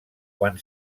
quan